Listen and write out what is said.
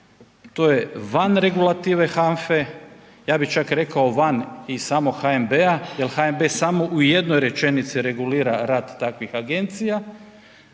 To je van regulative HANFA-e, ja bih čak rekao van i samog HNB-a jel HNB samo u jednoj rečenici regulira rad takvih agencija.